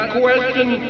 question